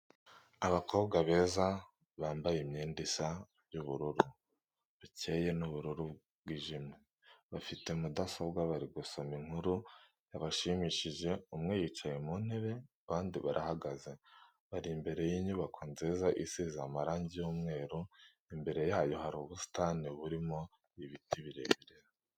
Abakobwa beza bambaye imyenda isa y'ubururu bukeye n'ubururu bwijimye, bafite mudasobwa bari gusoma inkuru yabashimishije, umwe yicaye mu ntebe abandi barahagaze, bari imbere y'inyubako nziza isize amarangi y'umweru, imbere yayo hari ubusitani burimo ibiti birebire.